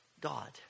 God